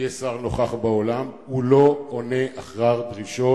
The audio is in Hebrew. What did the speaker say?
שיהיה שר נוכח באולם, הוא לא עונה אחר דרישות